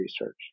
research